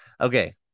Okay